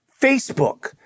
Facebook